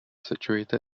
situated